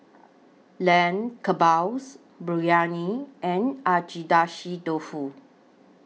Lamb Kebabs Biryani and Agedashi Dofu